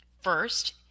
First